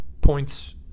points